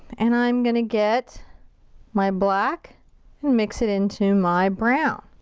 and i'm gonna get my black and mix it into my brown.